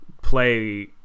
play